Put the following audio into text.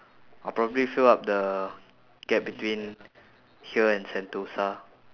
I'll probably fill up the gap between here and sentosa